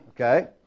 Okay